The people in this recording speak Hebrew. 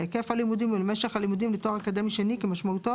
להיקף הלימודים ולמשך הלימודים לתואר אקדמי שני כמשמעותו